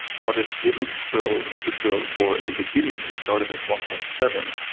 what it didn't fill the build for in the beginning, we started at one point seven,